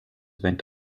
went